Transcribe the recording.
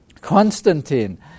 Constantine